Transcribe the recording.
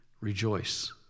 Rejoice